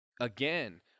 again